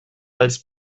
als